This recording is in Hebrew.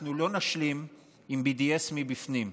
אנחנו לא נשלים עם BDS מבפנים.